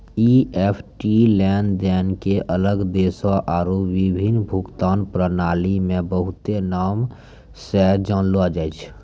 EFT लेनदेन के अलग देशो आरु विभिन्न भुगतान प्रणाली मे बहुते नाम से जानलो जाय छै